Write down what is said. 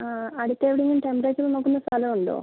ആ അടുത്തെവിടെങ്കിലും ടെമ്പറേച്ചർ നോക്കുന്ന സ്ഥലമുണ്ടോ